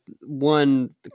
one